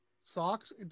socks